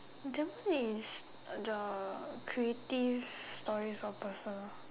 that one is the creative stories or personal